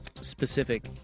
specific